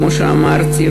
כמו שאמרתי,